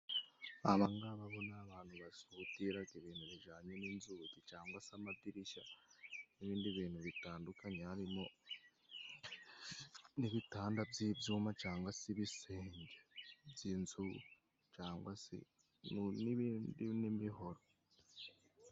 Aba ngaba bo, ni abantu basudira ibintu bijanye n'inzugi cyangwa se amadirishya, n'ibindi bintu bitandukanye harimo n'ibitanda by'ibyuma , cyangwa se ibisenge by'inzu, cyangwa se n'ibindi n'imihoro.